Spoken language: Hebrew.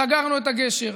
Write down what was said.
סגרנו את הגשר.